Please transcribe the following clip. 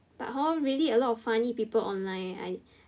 but hor really a lot of funny people online